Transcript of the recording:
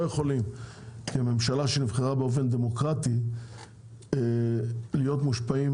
יכולים כממשלה שנבחרה באופן דמוקרטי להיות מושפעים